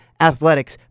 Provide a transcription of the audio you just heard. athletics